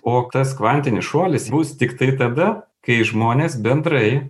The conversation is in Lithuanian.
o tas kvantinis šuolis bus tiktai tada kai žmonės bendrai